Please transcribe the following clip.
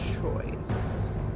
choice